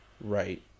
Right